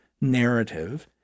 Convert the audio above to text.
narrative